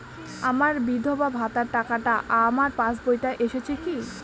আমার বিধবা ভাতার টাকাটা আমার পাসবইতে এসেছে কি?